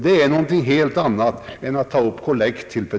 Det är något helt annat än att ta upp kollekt.